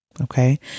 Okay